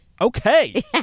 okay